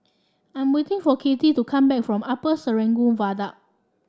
I'm waiting for Kattie to come back from Upper Serangoon Viaduct